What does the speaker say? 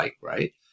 right